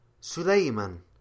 Suleiman